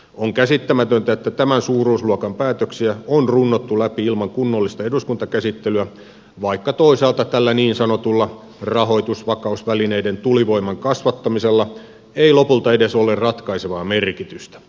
on käsittämätöntä että tämän suuruusluokan päätöksiä on runnottu läpi ilman kunnollista eduskuntakäsittelyä vaikka toisaalta tällä niin sanotulla rahoitusvakausvälineiden tulivoiman kasvattamisella ei lopulta edes ole ratkaisevaa merkitystä